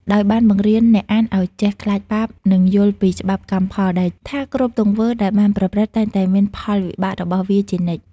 ដោយបានបង្រៀនអ្នកអានឲ្យចេះ ខ្លាចបាប និងយល់ពី ច្បាប់កម្មផល ដែលថាគ្រប់ទង្វើដែលបានប្រព្រឹត្តតែងតែមានផលវិបាករបស់វាជានិច្ច។